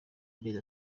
amezi